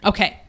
Okay